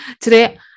today